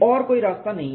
और कोई रास्ता नहीं है